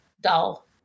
dull